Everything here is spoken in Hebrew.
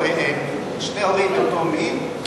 או לשני הורים מאותו המין,